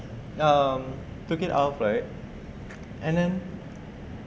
took it off right and then